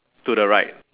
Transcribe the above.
to the right